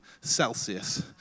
Celsius